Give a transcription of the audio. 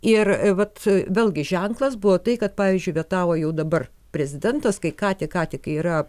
ir vat vėlgi ženklas buvo tai kad pavyzdžiui vetavo jau dabar prezidentas kai ką tik ką tik yra